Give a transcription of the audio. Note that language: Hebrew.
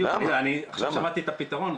עכשיו שמעתי את הפתרון,